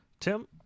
Tim